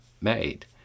made